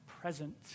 present